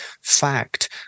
fact